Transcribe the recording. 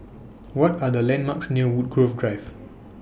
What Are The landmarks near Woodgrove Drive